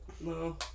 No